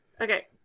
Okay